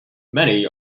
many